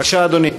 בבקשה, אדוני.